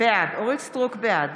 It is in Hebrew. בעד